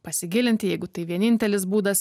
pasigilinti jeigu tai vienintelis būdas